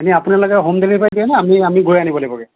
এনেই আপোনালোকে home delivery দিয়ে নে আমি আমি গৈ আনিব লাগিবগে